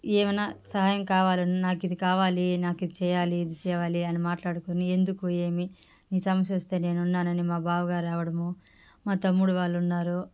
ఏమన్న సహాయం కావాలన్నా నాకిది కావాలి నాకు ఇది చేయాలి ఇది తేవాలి అని మాట్లాడుకుని ఎందుకు ఏమి నీ సమస్య వస్తే నేను ఉన్నానని మా బావగారు రావడము మా తమ్ముడు వాళ్ళు ఉన్నారు